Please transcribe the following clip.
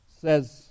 says